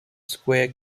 square